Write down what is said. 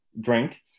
drink